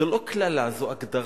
זו לא קללה, זו הגדרה.